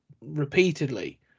Repeatedly